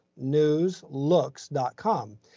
Newslooks.com